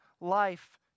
life